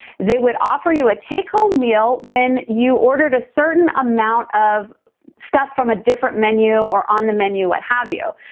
they would offer you a take-home meal when you ordered a certain amount of stuff from a different menu or on the menu, what have you.